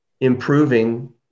improving